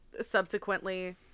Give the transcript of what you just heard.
subsequently